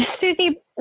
Susie